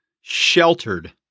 sheltered